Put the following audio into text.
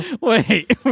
Wait